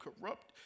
corrupt